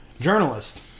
Journalist